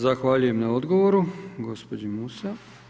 Zahvaljujem na odgovoru gospođi Musa.